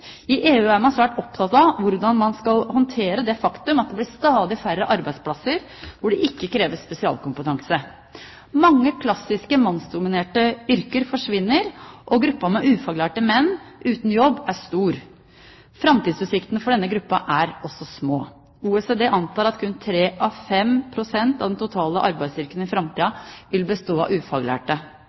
I EU er man svært opptatt av hvordan man skal håndtere det faktum at det blir stadig færre arbeidsplasser hvor det ikke kreves spesialkompetanse. Mange klassiske mannsdominerte yrker forsvinner, og gruppen med ufaglærte menn uten jobb er stor. Framtidsutsiktene for denne gruppen er også små. OECD antar at kun 3–5 pst. av den totale arbeidsstyrken i framtiden vil bestå av ufaglærte.